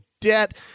debt